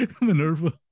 Minerva